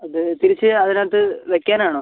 അത് തിരിച്ച് അതിനകത്ത് വെക്കാനാണോ